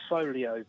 Folio